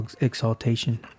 exaltation